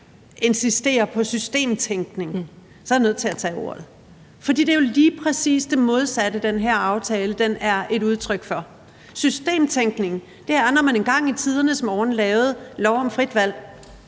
insisterer på systemtænkning, så er jeg nødt til at tage ordet. For det er jo lige præcis det modsatte, den her aftale er et udtryk for. Systemtænkning er, når man engang i tidernes morgen lavede lov om frit valg.